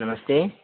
नमस्ते